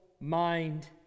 mind